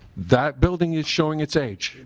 that building is showing its age.